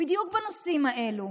בדיוק בנושאים האלה,